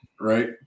right